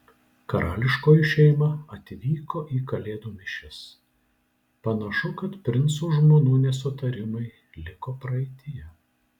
karališkoji šeima atvyko į kalėdų mišias panašu kad princų žmonų nesutarimai liko praeityje